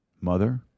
Mother